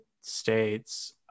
States